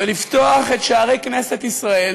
ולפתוח את שערי כנסת ישראל